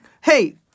Hey